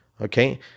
Okay